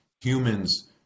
humans